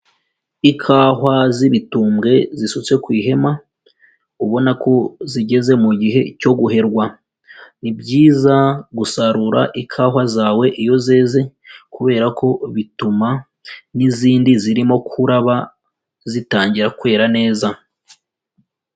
Ikawa z'ibitumbwe zisutse ku ihema ubona ko zigeze mu gihe cyo guherwa, ni byiza gusarura ikawa zawe iyo zeze kubera ko bituma n'izindi zirimo kuraba zitangira kwera neza.